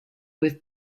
with